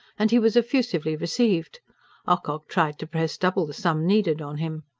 and he was effusively received ocock tried to press double the sum needed on him.